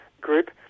group